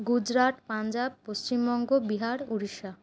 Gujarat Punjab Paschimbanga Bihar Orissa